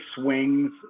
swings